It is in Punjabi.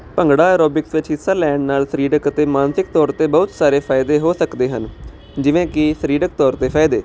ਭੰਗੜਾ ਐਰੋਬਿਕਸ ਵਿੱਚ ਹਿੱਸਾ ਲੈਣ ਨਾਲ ਸਰੀਰਕ ਅਤੇ ਮਾਨਸਿਕ ਤੌਰ ਤੇ ਬਹੁਤ ਸਾਰੇ ਫਾਇਦੇ ਹੋ ਸਕਦੇ ਹਨ ਜਿਵੇਂ ਕਿ ਸਰੀਰਕ ਤੌਰ ਤੇ ਫਾਇਦੇ